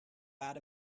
out